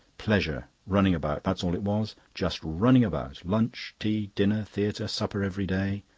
pleasure running about, that's all it was just running about. lunch, tea, dinner, theatre, supper every day.